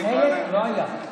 לחלק לא היה.